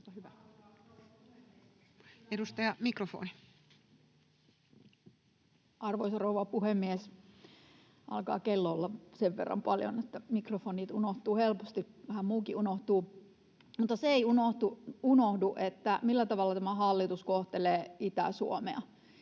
21:07 Content: Arvoisa rouva puhemies! Alkaa kello olla sen verran paljon, että mikrofonit unohtuvat helposti. Vähän muukin unohtuu. Mutta se ei unohdu, millä tavalla tämä hallitus kohtelee Itä-Suomea.